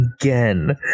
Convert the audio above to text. again